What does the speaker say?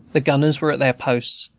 the gunners were at their posts,